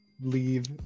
leave